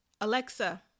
Alexa